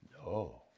No